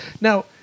Now